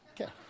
Okay